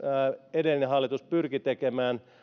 edellinen hallitus pyrki tekemään